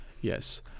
Yes